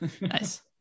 Nice